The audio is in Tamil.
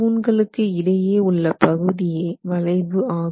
தூண்களுக்கு இடையே உள்ள பகுதியே வளைவு ஆகும்